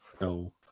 No